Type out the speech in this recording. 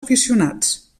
aficionats